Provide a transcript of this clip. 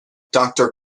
doctor